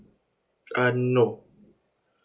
uh no